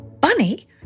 Bunny